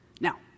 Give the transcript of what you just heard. Now